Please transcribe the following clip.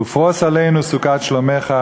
ופרוס עלינו סוכת שלומך,